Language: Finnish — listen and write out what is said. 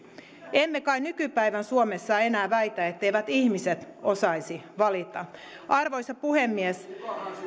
emme kai nykypäivän suomessa enää väitä etteivät ihmiset osaisi valita arvoisa puhemies